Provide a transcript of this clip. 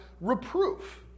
reproof